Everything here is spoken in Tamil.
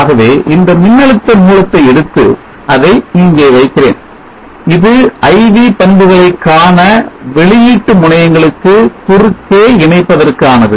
ஆகவே இந்த மின்னழுத்த மூலத்தை எடுத்து அதை இங்கே வைக்கிறேன் இது I V பண்புகளை காண வெளியீட்டு முனையங்களுக்கு குறுக்கே இணைப்பதற்கானது